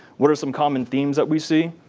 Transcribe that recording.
what are some common themes that we see?